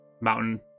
mountain